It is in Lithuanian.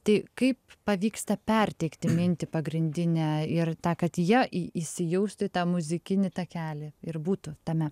tai kaip pavyksta perteikti mintį pagrindinę ir ta kad jie į įsijaustų į tą muzikinį takelį ir būtų tame